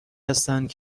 هستند